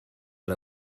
per